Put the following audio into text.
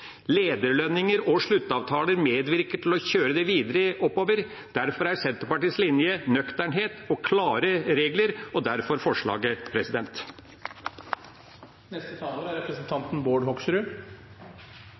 Lederlønninger og sluttavtaler medvirker til å kjøre det videre oppover. Derfor er Senterpartiets linje nøkternhet og klare regler – og derfor forslaget.